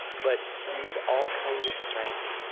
but you need all kinds of strength.